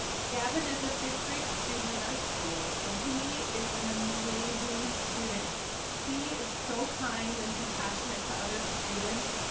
gavin is a fifth grade student at our school and he is an amazing student he is so kind and compassionate to other students.